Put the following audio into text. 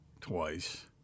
twice